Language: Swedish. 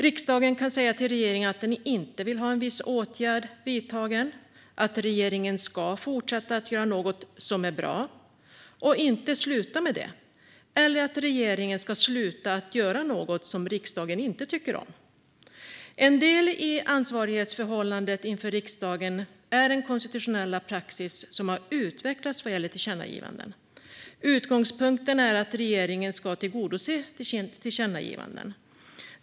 Riksdagen kan säga till regeringen att den inte vill ha en viss åtgärd vidtagen, att regeringen ska fortsätta att göra något som är bra och inte sluta med det eller att regeringen ska sluta att göra något som riksdagen inte tycker om. En del i ansvarighetsförhållandet inför riksdagen är den konstitutionella praxis som har utvecklats vad gäller tillkännagivanden. Utgångspunkten är att regeringen ska tillgodose tillkännagivanden.